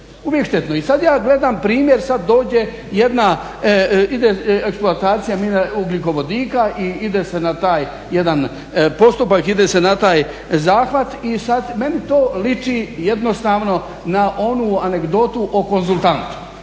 uvijek štetno. I sad ja gledam primjer, sad dođe jedna, ide eksploatacija ugljikovodika i ide se na taj jedan postupak, ide se na taj zahvat i sad meni to liči jednostavno na onu anegdotu o konzultantu.